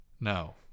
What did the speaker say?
No